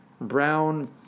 brown